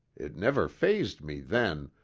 it never fazed me then,